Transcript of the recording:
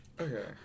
Okay